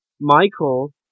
Michael